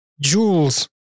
Jules